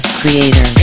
creator